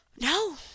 No